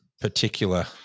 particular